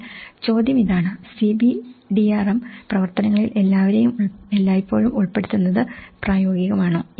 എന്നാൽ ചോദ്യം ഇതാണ് CBDRM പ്ര വർത്തനങ്ങളിൽ എല്ലാവരെയും എല്ലായ്പ്പോഴും ഉൾപ്പെടുത്തുന്നത് പ്രായോഗികമാണോ